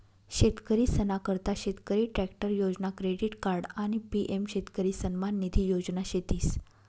शेतकरीसना करता शेतकरी ट्रॅक्टर योजना, क्रेडिट कार्ड आणि पी.एम शेतकरी सन्मान निधी योजना शेतीस